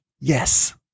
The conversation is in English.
Yes